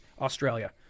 Australia